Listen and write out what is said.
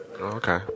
Okay